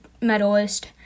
medalist